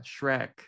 Shrek